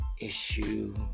issue